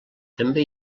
també